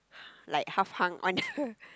like half hung on the